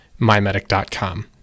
MyMedic.com